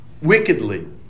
wickedly